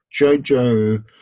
Jojo